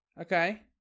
Okay